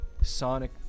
sonic